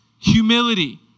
Humility